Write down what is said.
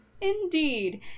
Indeed